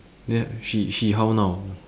then she she how now